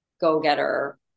go-getter